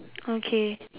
okay